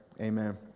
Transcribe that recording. amen